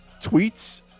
tweets